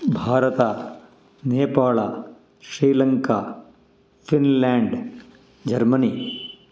Bharat Nepal Sri Lanka Finland Germany